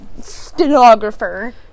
Stenographer